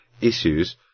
issues